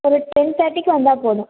ஒரு டென் தேர்ட்டிக்கு வந்தா போதும்